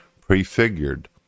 prefigured